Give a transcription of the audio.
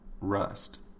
rust